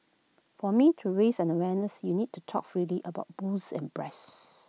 for me to raise the awareness you need to talk freely about boobs and breasts